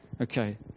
Okay